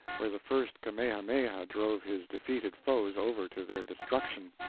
where the first kamehameha drove his defeated foes over to their destruction,